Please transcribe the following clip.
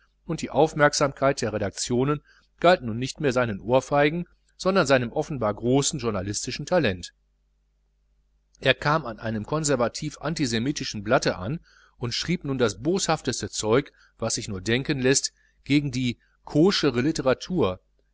und die aufmerksamkeit der redaktionen galt nun nicht mehr seinen ohrfeigen sondern seinem offenbar großen journalistischen talent er kam an einem konservativ antisemitischen blatte an und schrieb nun das boshafteste zeug was sich nur denken läßt gegen die koschere litteratur